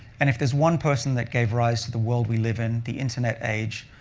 and if there's one person that gave rise to the world we live in, the internet age,